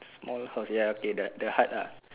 small house ya okay the the hut lah